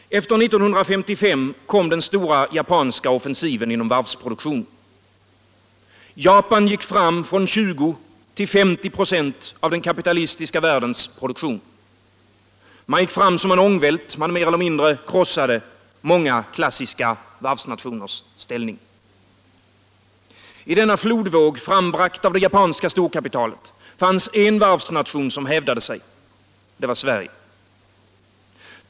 Efter 1955 kom den stora japanska offensiven inom varvsproduktionen. Japan gick fram från 20 till 50 96 av den kapitalistiska världens produktion. Man gick fram som en ångvält, man mer eller mindre krossade många klassiska varvsnationers ställning. I denna flodvåg, frambragt av det japanska storkapitalet, fanns en varvsnation som hävdade sig: Sverige.